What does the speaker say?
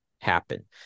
happen